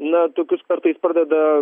na tokius kartais pradeda